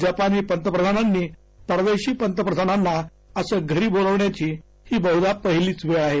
जपानी पंतप्रधानांनी परदेशी पंतप्रधानांना असं घरी बोलविण्याची ही बहदा पहिलीच वेळ आहे